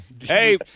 Hey